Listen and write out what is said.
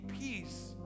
peace